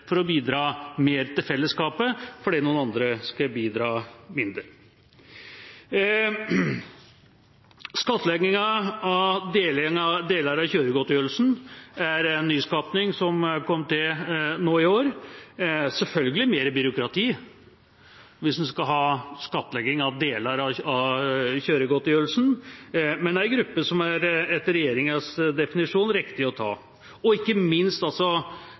for å bidra mer til fellesskapet fordi noen andre skal bidra mindre. Skattlegginga av deler av kjøregodtgjørelsen er en nyskapning som er kommet til nå i år. Selvfølgelig blir det mer byråkrati hvis en skal ha skattlegging av deler av kjøregodtgjørelsen, men det er en gruppe som det etter regjeringas definisjon er riktig å ta. Ikke minst